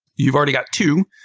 you've already got two.